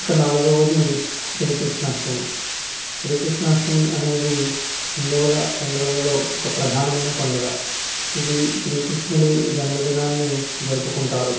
ఇక నాలుగవది శ్రీకృష్ణాష్టమి శ్రీకృష్ణాష్టమి అనేది హిందువుల పండుగలలో ఒక ప్రధానమైన పండుగ ఇది శ్రీకృష్ణుడి జన్మదినాన్ని జరుపుకుంటారు